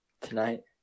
Tonight